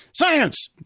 science